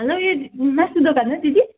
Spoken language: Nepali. हेलो यो मासु दोकान हो दिदी